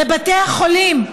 לבתי החולים,